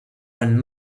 when